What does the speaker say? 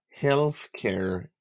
healthcare